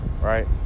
Right